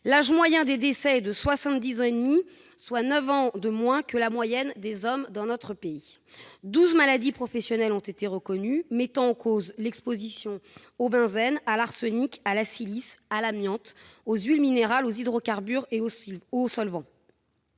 L'âge moyen des décès est de 70,5 ans, soit neuf ans de moins que la moyenne des hommes en France. Douze maladies professionnelles ont été reconnues, mettant en cause l'exposition au benzène, à l'arsenic, à la silice, à l'amiante, aux huiles minérales, aux hydrocarbures et aux solvants.